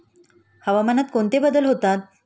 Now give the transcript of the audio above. हवामानात कोणते बदल होतात?